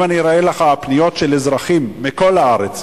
אם אני אראה לך פניות של אזרחים מכל הארץ,